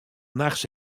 nachts